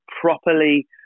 properly